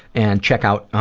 and check out